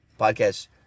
podcast